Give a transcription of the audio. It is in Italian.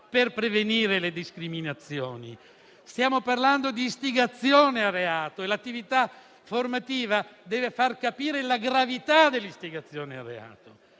per prevenire le discriminazioni. Stiamo parlando di istigazione al reato e l'attività formativa deve farne capire la gravità, ma è indubbio che